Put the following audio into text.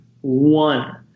One